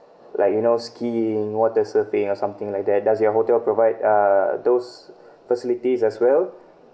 like you know skiing water surfing or something like that does your hotel provide uh those facilities as well